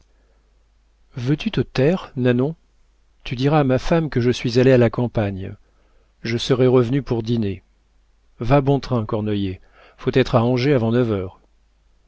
veux-tu te taire nanon tu diras à ma femme que je suis allé à la campagne je serai revenu pour dîner va bon train cornoiller faut être à angers avant neuf heures